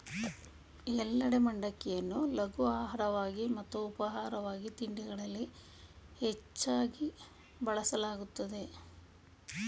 ಎಲ್ಲೆಡೆ ಮಂಡಕ್ಕಿಯನ್ನು ಲಘು ಆಹಾರವಾಗಿ ಮತ್ತು ಉಪಾಹಾರ ತಿಂಡಿಗಳಲ್ಲಿ ಹೆಚ್ಚಾಗ್ ಬಳಸಲಾಗ್ತದೆ